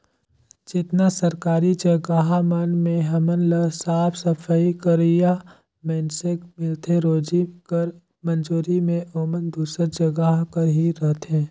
जेतना सरकारी जगहा मन में हमन ल साफ सफई करोइया मइनसे मिलथें रोजी कर मंजूरी में ओमन दूसर जगहा कर ही रहथें